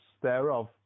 thereof